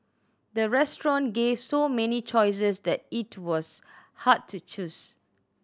the restaurant gave so many choices that it was hard to choose